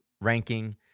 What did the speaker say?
ranking